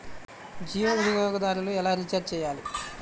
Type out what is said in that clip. జియో వినియోగదారులు ఎలా రీఛార్జ్ చేయాలి?